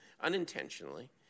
unintentionally